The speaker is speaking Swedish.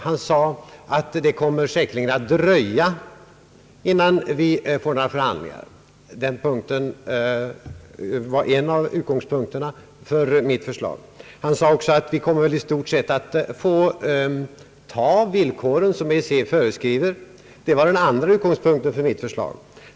Han påstod att det säkerligen kommer att dröja, innan vi får några förhandlingar. Detta var den första utgångspunkten för mitt förslag. Herr Geijer sade även att vi i stort sett kommer att få ta de villkor, som EEC föreskriver. Detta var den andra utgångspunkten för mitt förslag.